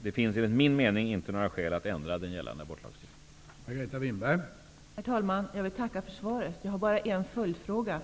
Det finns enligt min mening inte några skäl att ändra den gällande abortlagstiftningen.